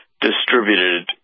distributed